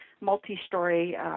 multi-story